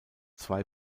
zwei